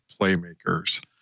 playmakers